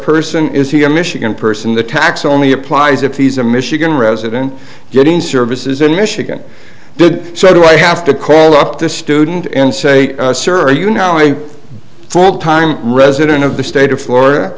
person is he a michigan person the tax only applies if he's a michigan resident getting services in michigan so do i have to call up the student and say sir you know me full time resident of the state of florida